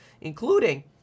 including